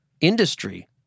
industry